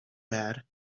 bad